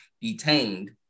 detained